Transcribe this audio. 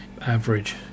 average